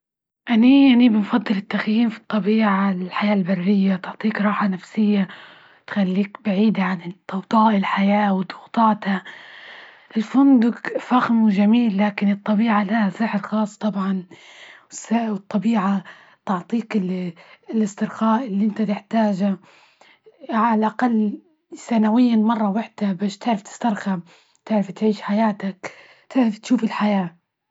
أني- أنى بنفضل التخييم في الطبيعة، الحياة البرية تعطيك راحة نفسية تخليك بعيدة عن ضوضاء الحياة وتوعطا، الفندج فخم وجميل، لكن الطبيعة لها سحر خاص طبعا، والطبيعة تعطيك ال- الاسترخاء إللي إنت تحتاجه على الأقل سنويا مرة واحدة بش تعرف تسترخى، تعرف تعيش حياتك، تعرف تشوف الحياة.